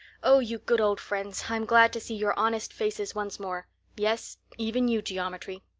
oh, you good old friends, i'm glad to see your honest faces once more yes, even you, geometry.